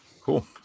Cool